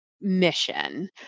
mission